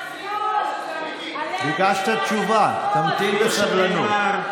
התאנה של השמאל, הפכו אותו לשאוויש שלהם.